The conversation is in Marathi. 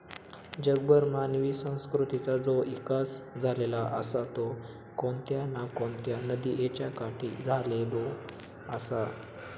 जगभर मानवी संस्कृतीचा जो इकास झालेलो आसा तो कोणत्या ना कोणत्या नदीयेच्या काठी झालेलो आसा